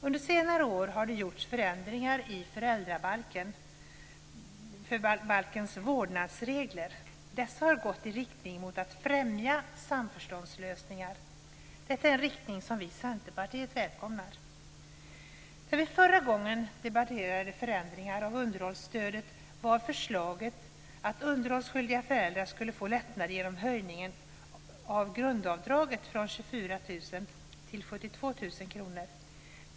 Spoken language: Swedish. Under senare år har det gjorts förändringar i föräldrabalkens vårdnadsregler. Dessa har gått i riktning mot att främja samförståndslösningar. Detta är en riktning som vi i Centerpartiet välkomnar. När vi förra gången debatterade förändringar av underhållsstödet var förslaget att underhållsskyldiga föräldrar skulle få lättnad genom höjningen av grundavdraget från 24 000 till 72 000 kr.